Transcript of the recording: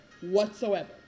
whatsoever